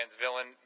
villain